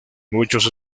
muchos